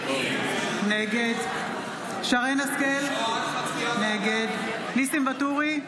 נגד שרן מרים השכל, נגד ניסים ואטורי,